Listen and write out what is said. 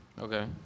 Okay